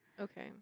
Okay